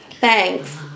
thanks